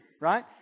right